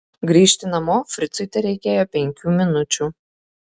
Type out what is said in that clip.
grįžti namo fricui tereikėjo penkių minučių